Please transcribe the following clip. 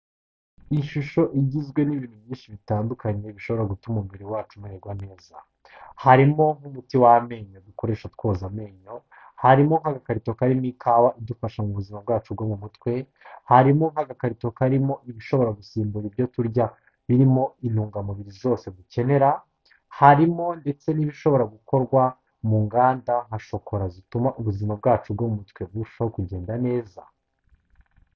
Ni ishusho igizwe n'ibintu byinshi bitandukanye bishobora gutuma umubiri wacu umerererwa neza. Harimo nk'umuti w'amenyo dukoresha twoza amenyo, harimo nk'agakarito karimo ikawa idufasha mu buzima bwacu bwo mu mutwe, harimo nk'agakarito karimo ibishobora gusimbura ibyo kurya birimo intungamubiri zose dukenera, harimo ndetse n'ibishobora gukorwa mu nganda nka shokora zituma ubuzima bwacu bwo mu mutwe burushaho kugenda neza.